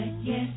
Yes